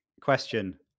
question